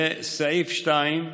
לסעיף 2: